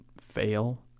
fail